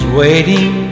waiting